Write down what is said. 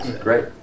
great